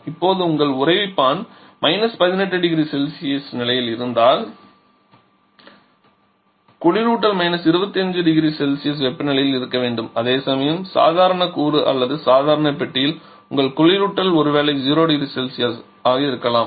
இப்போது உங்கள் உறைவிப்பான் −18 0C வெப்பநிலையில் இருந்தால் குளிரூட்டல் 25 0C வெப்பநிலையில் இருக்க வேண்டும் அதேசமயம் சாதாரண கூறு அல்லது சாதாரண பெட்டியில் உங்கள் குளிரூட்டல் ஒருவேளை 0 0C ஆக இருக்கலாம்